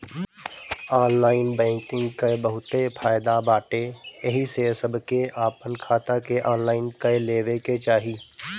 online banking कअ बहुते फायदा बाटे एही से सबके आपन खाता के ऑनलाइन कअ लेवे के चाही